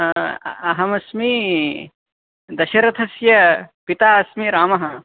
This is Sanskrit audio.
अहमस्मि दशरथस्य पिता अस्मि रामः